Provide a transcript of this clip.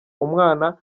umwana